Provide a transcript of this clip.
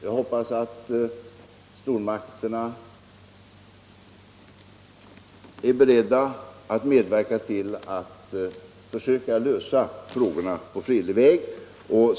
Jag hoppas därför att stormakterna är beredda att medverka till att försöka lösa problemen på fredlig väg.